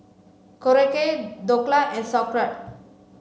Korokke Dhokla and Sauerkraut